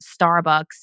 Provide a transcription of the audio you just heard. Starbucks